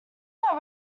that